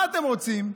מה אתם רוצים,